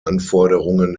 anforderungen